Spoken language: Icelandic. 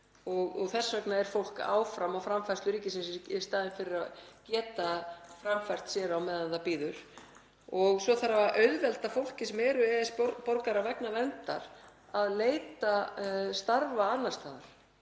og þess vegna er fólk áfram á framfærslu ríkisins í staðinn fyrir að geta framfleytt sér á meðan það bíður. Svo þarf að auðvelda fólki sem er EES-borgarar vegna verndar að leita starfa annars staðar,